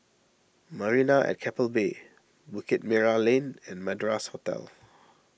Marina at Keppel Bay Bukit Merah Lane and Madras Hotel